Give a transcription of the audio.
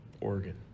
Oregon